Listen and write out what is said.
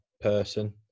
person